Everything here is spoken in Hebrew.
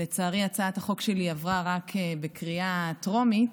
לצערי, הצעת החוק שלי עברה רק בקריאה טרומית,